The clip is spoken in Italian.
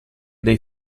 dei